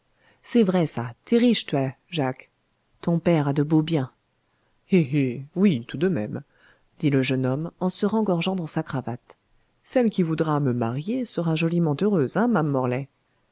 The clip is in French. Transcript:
c'est vrai ça t'es riche toè jacques ton père a de beaux biens eh eh oui tout de même dit le jeune homme en se rengorgeant dans sa cravate celle qui voudra me marier sera joliment heureuse hein ma'ame morlaix